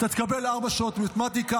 אתה תקבל ארבע שעות מתמטיקה.